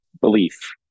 belief